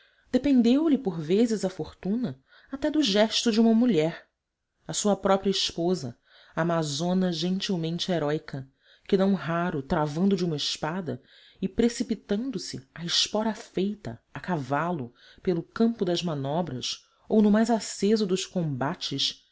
prementes dependeu lhe por vezes a fortuna até do gesto de uma mulher a sua própria esposa amazona gentilmente heróica que não raro travando de uma espada e precipitando-se à espora feita a cavalo pelo campo das manobras ou no mais aceso dos combates